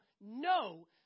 no